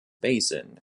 basin